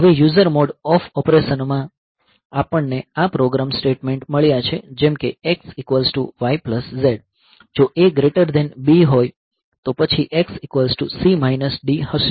હવે user mode of operation માં આપણને આ પ્રોગ્રામ સ્ટેટમેન્ટ મળ્યા છે જેમ કે x yz જો a b હોય તો પછી x c d હશે